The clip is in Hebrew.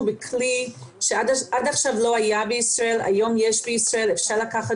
בכלי שעד עכשיו לא היה בישראל והיום יש אותו כאשר אפשר לקחת